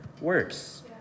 works